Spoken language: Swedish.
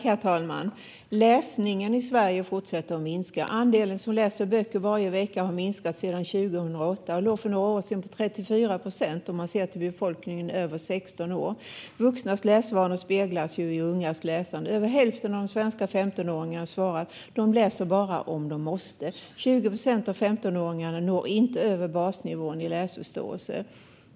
Herr talman! Läsningen i Sverige fortsätter att minska. Andelen som läser böcker varje vecka har minskat sedan 2008 och låg för några år sedan på 34 procent i befolkningen över 16 år. Vuxnas läsvanor speglas ju i ungas läsande. Över hälften av de svenska 15-åringarna svarar att de bara läser om de måste, och 20 procent av 15åringarna når inte över basnivån i läsförståelse.